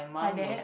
like that